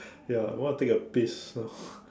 ya I want to take a piss now